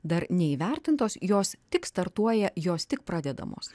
dar neįvertintos jos tik startuoja jos tik pradedamos